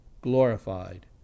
glorified